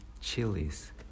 chilies